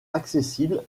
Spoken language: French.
accessible